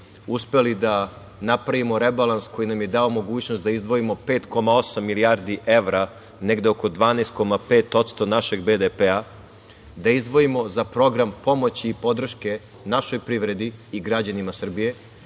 uspeli da napravimo rebalans koji nam je dao mogućnost da izdvojimo 5,8 milijardi evra, negde oko 12,5% našeg BDP-a, da izdvojimo za program pomoći i podrške našoj privredi i građanima Srbije